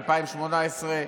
ב-2018,